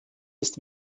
ist